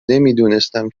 نمیدونستم